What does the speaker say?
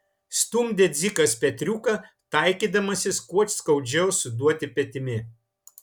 stumdė dzikas petriuką taikydamasis kuo skaudžiau suduoti petimi